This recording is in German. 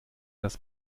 das